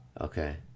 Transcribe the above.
Okay